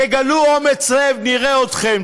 תגלו אומץ לב, נראה אתכם.